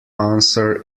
answer